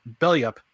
BELLYUP